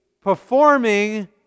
performing